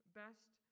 best